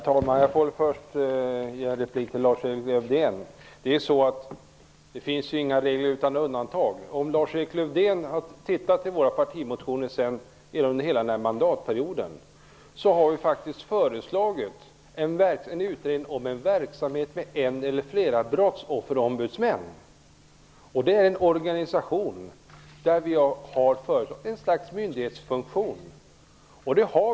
Herr talman! Jag får rikta min replik till Lars-Erik Lövdén. Det finns ju ingen regel utan undantag. Om Lars-Erik Lövdén hade tittat i våra partimotioner under hela den här mandatperioden skulle han ha sett att vi har föreslagit en utredning om en verksamhet med en eller flera brottsofferombudsmän. Vi har föreslagit en organisation med ett slags myndighetsfunktion.